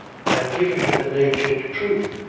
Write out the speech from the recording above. i am giving you the naked truth.